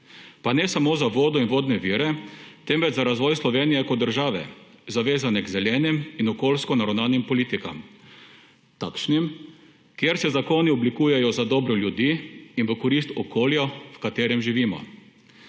pa ne samo za vodo in vodne vire, temveč za razvoj Slovenije kot države, zavezane k zelenem in okoljsko naravnanim politikam, takšnim, kjer se zakoni oblikujejo za dobro ljudi in v korist okolja, v katerem živimo?